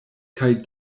kaj